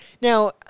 Now